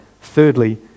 Thirdly